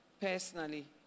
personally